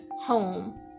home